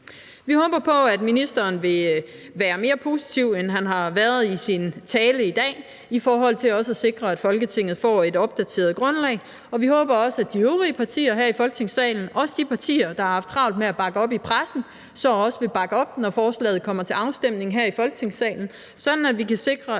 Vi håber på, at ministeren vil være mere positiv, end han har været i sin tale i dag i forhold til at sikre, at Folketinget får et opdateret grundlag. Og vi håber også, at de øvrige partier her i Folketingssalen – også de partier, der har haft travlt med at bakke op i pressen – så vil bakke op, når forslaget kommer til afstemning her i Folketingssalen, sådan at vi kan sikre,